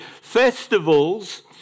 festivals